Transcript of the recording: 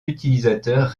utilisateurs